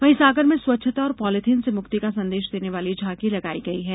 वहीं सागर में स्वच्छता और पॉलिथिन से मुक्ति का संदेश देने वाली झॉकी लगाई गई है